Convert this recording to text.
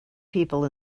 people